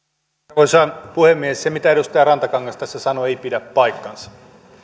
arvoisa puhemies se mitä edustaja rantakangas tässä sanoi ei pidä paikkaansa